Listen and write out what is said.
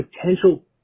potential